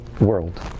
world